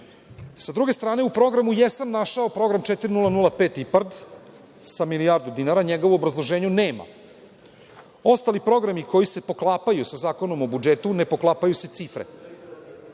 Sa druge strane, u programu jesam našao Program 4005 IPARD sa milijardu dinara, a njega u obrazloženju nema. Ostali programi koji se poklapaju sa Zakonom o budžetu ne poklapaju cifre,